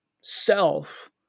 self